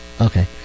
Okay